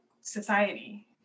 society